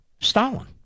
Stalin